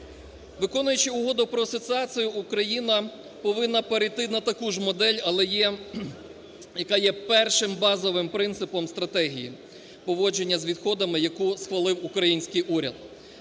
Виконуючи Угоду про асоціацію, Україна повинна перейти на таку ж модель, але є... яка є першим базовим принципом стратегії поводження з відходами, яку схвалив український уряд,